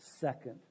second